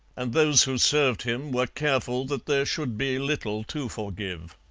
and those who served him were careful that there should be little to forgive.